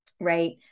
right